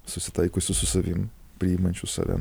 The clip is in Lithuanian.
susitaikiusiu su savim priimančiu save